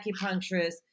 acupuncturist